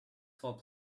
while